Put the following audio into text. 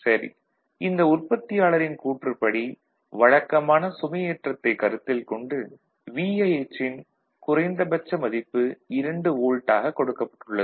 சரி இந்த உற்பத்தியாளரின் கூற்றுப்படி வழக்கமான சுமையேற்றத்தைக் கருத்தில் கொண்டு VIH ன் குறைந்தபட்ச மதிப்பு 2 வோல்ட் ஆகக் கொடுக்கப்பட்டுள்ளது